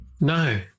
No